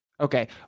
Okay